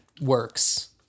works